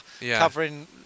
covering